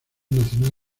nacional